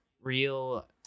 real